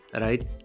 right